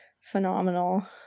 phenomenal